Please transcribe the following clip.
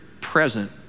present